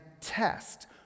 test